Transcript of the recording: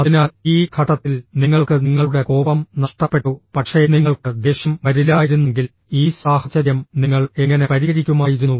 അതിനാൽ ഈ ഘട്ടത്തിൽ നിങ്ങൾക്ക് നിങ്ങളുടെ കോപം നഷ്ടപ്പെട്ടു പക്ഷേ നിങ്ങൾക്ക് ദേഷ്യം വരില്ലായിരുന്നെങ്കിൽ ഈ സാഹചര്യം നിങ്ങൾ എങ്ങനെ പരിഹരിക്കുമായിരുന്നു